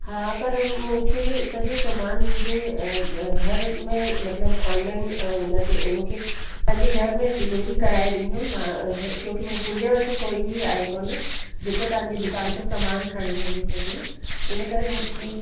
हा पर मूंखे सॼो समानु मुंहिंजे घ घर में मतलबु ऑनलाइन हुन ते मूंखे पंहिंजे घर में डिलीवरी कराए ॾींदोमांव घ कयो की मुंंहिंजे वटि कोई बि आहे कोन जेको तव्हांजी दुकान ते सामानु खणी वञी सघे इनकरे मूंखे